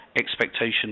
expectation